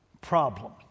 problem